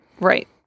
Right